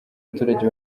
abaturage